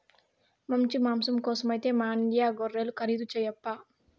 మంచి మాంసం కోసమైతే మాండ్యా గొర్రెలు ఖరీదు చేయప్పా